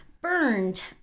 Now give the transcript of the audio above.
burned